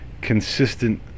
consistent